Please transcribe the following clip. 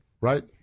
Right